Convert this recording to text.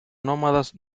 nómadas